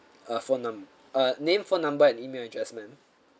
uh phone numb~ uh name phone number and email address ma'am